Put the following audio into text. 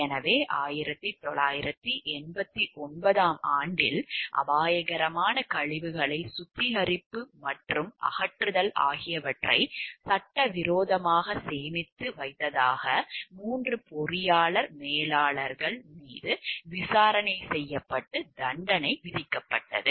எனவே 1989 ஆம் ஆண்டில் அபாயகரமான கழிவுகளை சுத்திகரிப்பு மற்றும் அகற்றுதல் ஆகியவற்றை சட்டவிரோதமாக சேமித்து வைத்ததாக 3 பொறியாளர் மேலாளர்கள் மீது விசாரணை செய்யப்பட்டு தண்டனை விதிக்கப்பட்டது